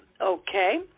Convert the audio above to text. Okay